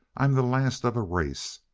i'm the last of a race.